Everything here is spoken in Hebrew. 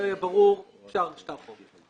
אפשר לקצר את זה?